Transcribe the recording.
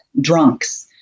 drunks